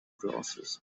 glasses